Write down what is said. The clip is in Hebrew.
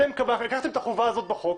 אתם לקחתם את החובה הזאת בחוק